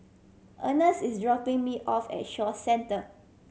Earnest is dropping me off at Shaw Centre